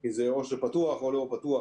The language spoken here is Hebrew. כי זה או שפתוח או לא פתוח.